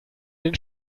den